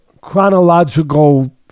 chronological